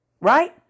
right